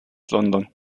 london